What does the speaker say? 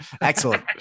excellent